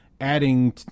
adding